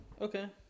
Okay